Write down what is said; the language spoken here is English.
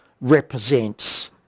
represents